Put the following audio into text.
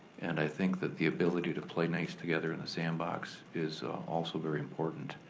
and i think that the ability to play nice together in the sandbox is also very important.